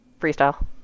Freestyle